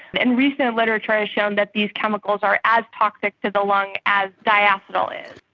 but and recent literature has shown that these chemicals are as toxic to the lung as diacetyl is.